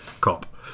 cop